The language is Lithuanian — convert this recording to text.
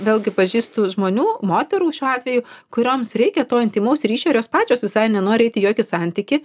vėlgi pažįstu žmonių moterų šiuo atveju kurioms reikia to intymaus ryšio ir jos pačios visai nenori eit į jokį santykį